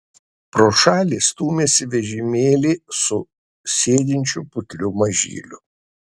pro šalį stūmėsi vežimėlį su sėdinčiu putliu mažyliu